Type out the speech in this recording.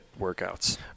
workouts